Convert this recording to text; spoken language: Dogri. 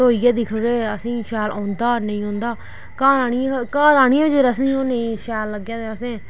धोइयै दिक्खगे असेंगी शैल औंदा नी औंदा घर आह्निये घर आह्निये बी जेकर असेंगी ओह् नेईं शैल लग्गेआ ते असें